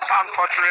unfortunately